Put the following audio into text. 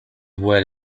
very